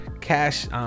Cash